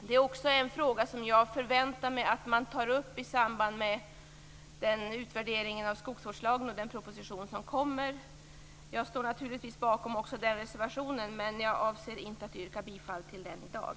Det är också en fråga som jag förväntar mig att man tar upp i samband med utvärderingen av skogsvårdslagen och i den kommande propositionen. Jag står naturligtvis bakom också den reservationen, men jag avser inte att yrka bifall till den i dag.